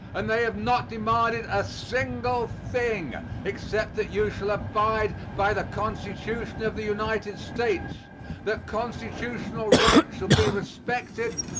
and they have not demanded a single thing except that you shall abide by the constitution of the united states that constitutional rights shall be respected,